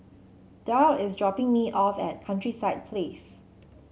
Darl is dropping me off at Countryside Place